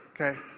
Okay